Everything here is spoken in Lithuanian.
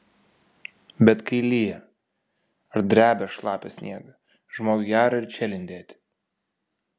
bet kai lyja ar drebia šlapią sniegą žmogui gera ir čia lindėti